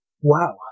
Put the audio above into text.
wow